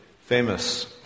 famous